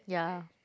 ya